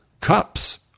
cups